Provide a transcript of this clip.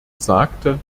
sagte